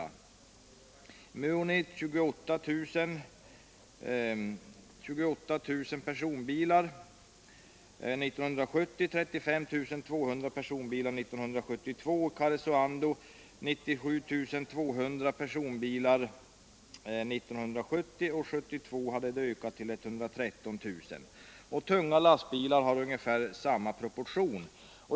För Muonio var motsvarande siffror 28000 respektive 35 200 och för Karesuando 97 200 respektive 113 000. Siffrorna för tunga bilar har ökat i ungefär samma omfattning.